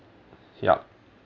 ya